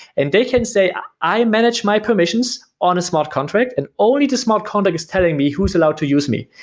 and they can say i manage my commissions on a smart contract and only the smart contract is telling me who is allowed to use me.